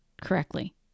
correctly